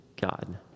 God